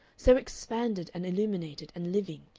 so expanded and illuminated and living,